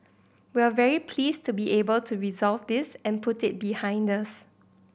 we're very pleased to be able to resolve this and put it behind us